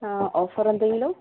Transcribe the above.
ആ ഓഫർ എന്തെങ്കിലും